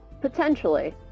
Potentially